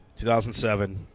2007